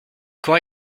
quand